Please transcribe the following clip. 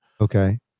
Okay